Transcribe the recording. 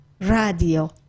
Radio